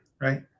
right